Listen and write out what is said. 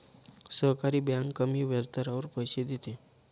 सहकारी बँक कमी व्याजदरावर पैसे देते